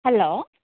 hello